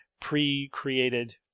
pre-created